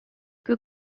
que